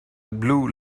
blue